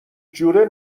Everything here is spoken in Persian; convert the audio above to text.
جوره